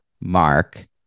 mark